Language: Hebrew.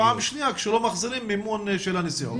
פעם שנייה, כשלא מחזירים מימון של הנסיעות.